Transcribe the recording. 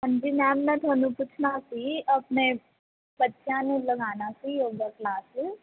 ਹਾਂਜੀ ਮੈਮ ਮੈਂ ਤੁਹਾਨੂੰ ਪੁੱਛਣਾ ਸੀ ਆਪਣੇ ਬੱਚਿਆਂ ਨੂੰ ਲਗਾਉਣਾ ਸੀ ਯੋਗਾ ਕਲਾਸਿਸ